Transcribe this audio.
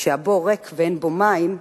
כשהבור ריק ואין בו מים,